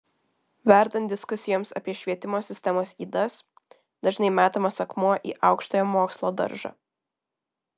verdant diskusijoms apie švietimo sistemos ydas dažnai metamas akmuo į aukštojo mokslo daržą